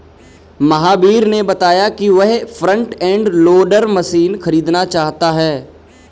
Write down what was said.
महावीर ने बताया कि वह फ्रंट एंड लोडर मशीन खरीदना चाहता है